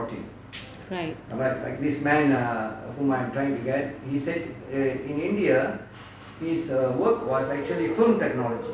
right